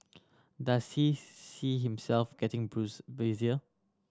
does he see himself getting busier